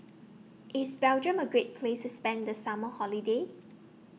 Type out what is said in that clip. IS Belgium A Great Place spend The Summer Holiday